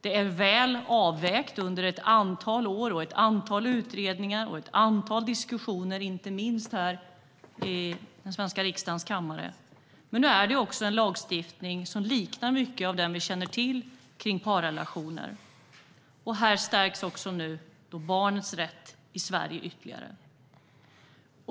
Det är väl avvägt under ett antal år, ett antal utredningar och ett antal diskussioner, inte minst här i kammaren. Nu är det också en lagstiftning som liknar mycket av den som vi känner till kring parrelationer. Här stärks barnets rätt i Sverige ytterligare.